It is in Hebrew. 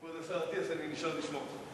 כבוד השר אטיאס, אני נשאר לשמוע אותך.